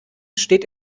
steht